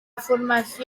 formació